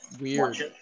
weird